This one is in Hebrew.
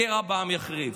הקרע בעם יחריף.